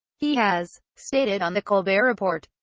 he has stated on the colbert report,